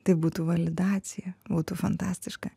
tai būtų validacija būtų fantastiška